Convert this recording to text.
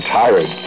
tired